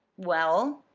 well?